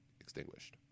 extinguished